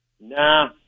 Nah